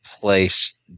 place